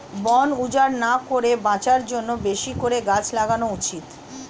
বন উজাড় না করে বাঁচার জন্যে বেশি করে গাছ লাগানো উচিত